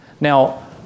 Now